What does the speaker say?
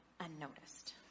unnoticed